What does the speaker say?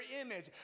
image